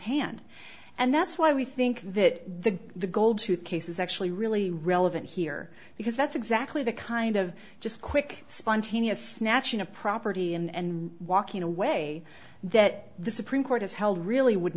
hand and that's why we think that the the gold tooth case is actually really relevant here because that's exactly the kind of just quick spontaneous snatching of property and walking away that the supreme court has held really would